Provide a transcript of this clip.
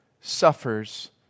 suffers